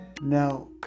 Now